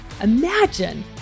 Imagine